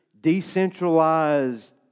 decentralized